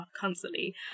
constantly